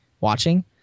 watching